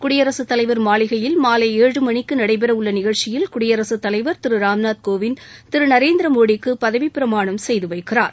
குடியரசுத் தலைவர் மாளிகையில் மாலை ஏழு மணிக்கு நடைபெறவுள்ள நிகழ்ச்சியில் குடியரசுத் தலைவர் திரு ராம்நாத் கோவிந்த் திரு நநேர்திர மோடிக்கு பதவிப் பிரமாணம் செய்து வைக்கிறார்